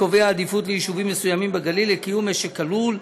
קובע עדיפות ליישובים מסוימים בגליל לקיום משק הלול,